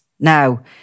Now